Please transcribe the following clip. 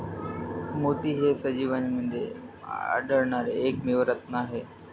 मोती हे सजीवांमध्ये आढळणारे एकमेव रत्न आहेत